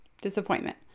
Disappointment